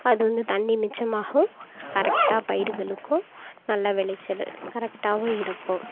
அது வந்து தண்ணி மிச்சமாகும் கரெக்டாக பயிர்களுக்கும் நல்ல விளைச்சல் கரெக்டாகவும் இருக்கும்